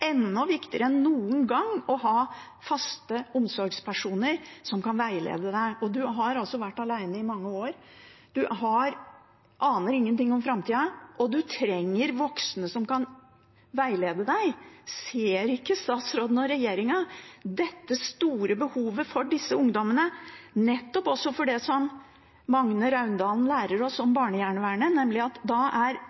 enda viktigere enn noen gang å ha faste omsorgspersoner som kan veilede en. Man har altså vært alene i mange år, man aner ingenting om framtida, og man trenger voksne som kan veilede en. Ser ikke statsråden og regjeringen dette store behovet for disse ungdommene, også ut fra nettopp det Magne Raundalen lærer oss om